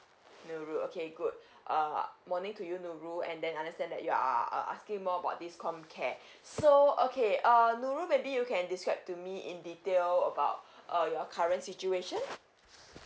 nurul okay good uh morning to you nurul and then I understand that you're uh asking more about this comcare so okay uh nurul maybe you can describe to me in detail about err your current situation